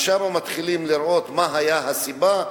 שם מתחילים לראות מה היתה הסיבה,